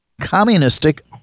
communistic